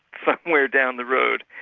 somewhere down the road.